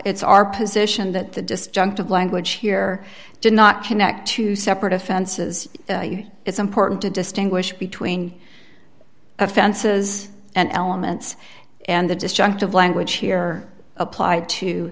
it's our position that the disjunctive language here did not connect two separate offenses it's important to distinguish between offenses and elements and the destructive language here applied to